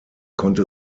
konnte